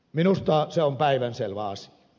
minusta se on päivänselvä asia